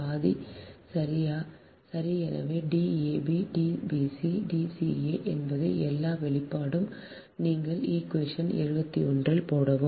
பாதி சரி எனவே D ab D bc D ca என்பது எல்லா வெளிப்பாடும் நீங்கள் ஈகுவேஷனில் 71 போடவும்